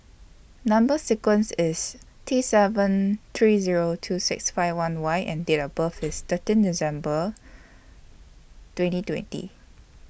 Number sequence IS T seven three Zero two six five one Y and Date of birth IS thirteen December twenty twenty